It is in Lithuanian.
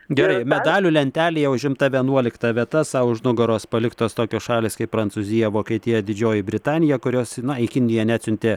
gerai medalių lentelėje užimta vienuolikta vieta sau už nugaros paliktos tokios šalys kaip prancūzija vokietija didžioji britanija kurios na į kiniją neatsiuntė